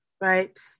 Right